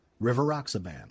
Rivaroxaban